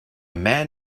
man